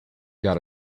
got